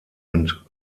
und